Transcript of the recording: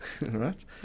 right